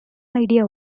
idea